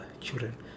children